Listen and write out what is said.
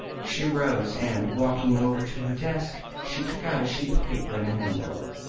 she rose, and, walking over to her desk, she took out a sheet of paper and an envelope.